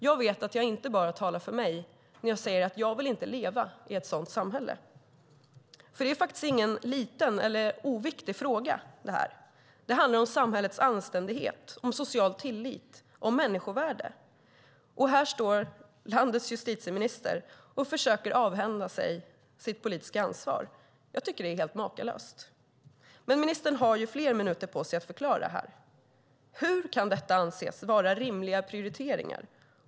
Jag vet att jag inte bara talar för mig när jag säger att jag inte vill leva i ett sådant samhälle. Detta är ingen liten eller oviktig fråga. Det handlar om samhällets anständighet, om social tillit och om människovärde. Och här står landets justitieminister och försöker avhända sig sitt politiska ansvar. Jag tycker att det är makalöst. Men ministern har fler minuter på sig att förklara det här: Hur kan detta anses vara rimliga prioriteringar?